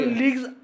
leagues